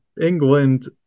England